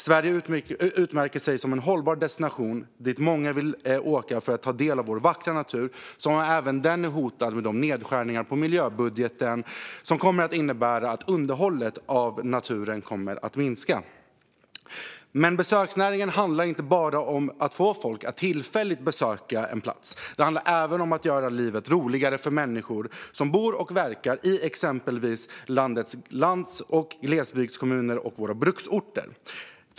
Sverige utmärker sig som en hållbar destination dit många vill åka för att ta del av vår vackra natur, som även den är hotad med de nedskärningar på miljöbudgeten som kommer att innebära att underhållet av naturen kommer att minska. Men besöksnäringen handlar inte bara om att få folk att tillfälligt besöka en plats; det handlar även om att göra livet roligare för människor som bor och verkar i exempelvis lands och glesbygdskommuner och våra bruksorter.